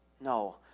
No